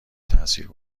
تاثیر